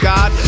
God